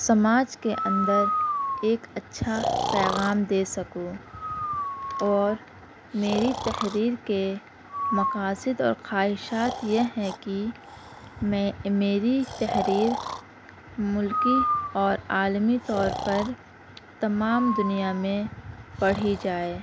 سماج کے اندر ایک اچھا پیغام دے سکوں اور میری تحریر کے مقاصد اور خواہشات یہ ہیں کہ میں میری تحریر ملكی اور عالمی طور پر تمام دنیا میں پڑھی جائے